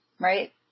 Right